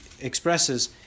expresses